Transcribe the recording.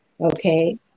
Okay